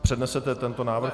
Přednesete tento návrh?